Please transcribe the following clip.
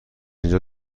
اینجا